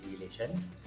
relations